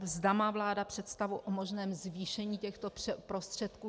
Zda má vláda představu o možném zvýšení těchto prostředků.